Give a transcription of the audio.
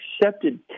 accepted